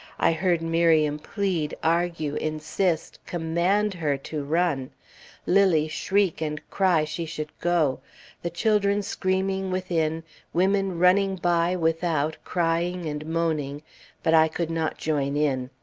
i heard miriam plead, argue, insist, command her to run lilly shriek, and cry she should go the children screaming within women running by without, crying and moaning but i could not join in.